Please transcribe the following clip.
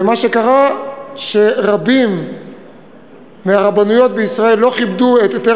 ומה שקרה הוא שרבות מהרבנויות בישראל לא כיבדו את היתר